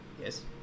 Yes